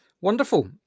wonderful